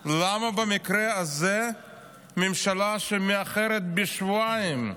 למה במקרה הזה ממשלה שמאחרת בשבועיים,